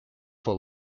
for